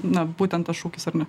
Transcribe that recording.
na būtent tas šūkis ar ne